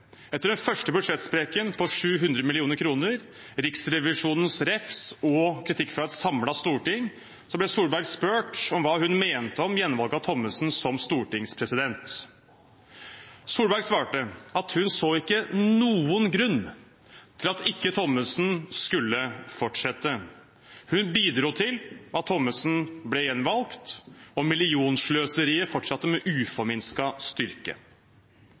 Etter den første budsjettsprekken på 700 mill. kr, Riksrevisjonens refs og kritikk fra et samlet storting ble Solberg spurt om hva hun mente om gjenvalg av Thommessen som stortingspresident. Solberg svarte at hun så ikke noen grunn til at ikke Thommessen skulle fortsette. Hun bidro til at Thommessen ble gjenvalgt, og millionsløseriet fortsatte med uforminsket styrke.